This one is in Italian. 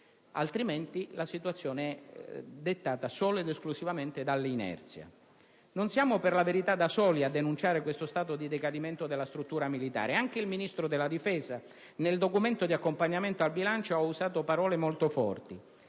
altrimenti la situazione è dettata solo ed esclusivamente dall'inerzia. Non siamo, per la verità, da soli a denunciare questo stato di decadimento della struttura militare; anche il Ministro della difesa nel documento di accompagnamento al bilancio ha usato parole molto forti.